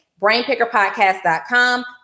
brainpickerpodcast.com